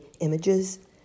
images